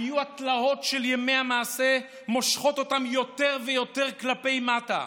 היו התלאות של 'ימי המעשה' מושכות אותם יותר ויותר כלפי מטה,